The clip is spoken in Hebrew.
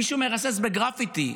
מישהו מרסס גרפיטי,